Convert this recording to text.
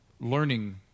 learning